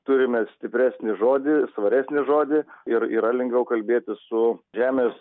turime stipresnį žodį svaresnį žodį ir yra lengviau kalbėtis su žemės